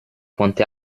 quante